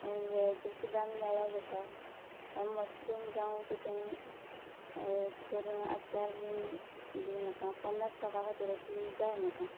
veg सुद्दां मेळ्ळ्या जाता मशरूम जावं कितें अशें करून आसल्यार बीन दी म्हाका पन्नास लोकां खातीर अशें जाय म्हाका